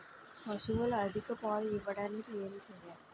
పశువులు అధిక పాలు ఇవ్వడానికి ఏంటి చేయాలి